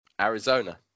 Arizona